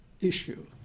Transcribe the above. issue